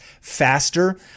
faster